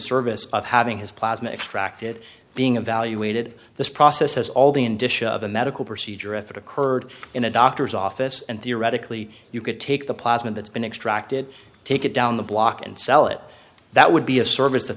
service of having his plasma extracted being evaluated this process has all the in dish of a medical procedure if it occurred in a doctor's office and theoretically you could take the plasma that's been extracted take it down the block and sell it that would be a service that